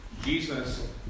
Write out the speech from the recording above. Jesus